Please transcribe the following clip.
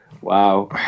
wow